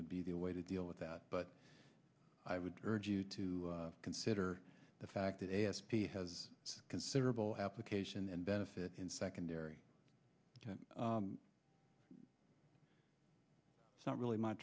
would be the way to deal with that but i would urge you to consider the fact that a s p has considerable application and benefit in secondary it's not really my